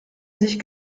sich